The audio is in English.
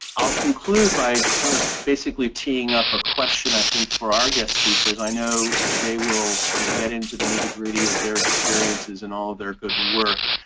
i'll conclude by kind of basically teeing up a question i think for our guest speakers. i know they will kind of get into the nitty-gritty of their experiences and all of their good work.